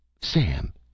Sam